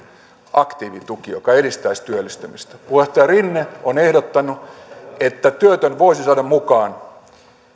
aktiivituki joka edistäisi työllistymistä puheenjohtaja rinne on ehdottanut että työtön voisi saada mukaan